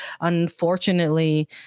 unfortunately